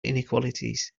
inequalities